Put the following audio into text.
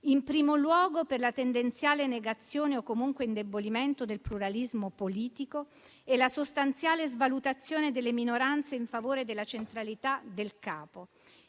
in primo luogo, per la tendenziale negazione o comunque l'indebolimento del pluralismo politico e la sostanziale svalutazione delle minoranze in favore della centralità del capo;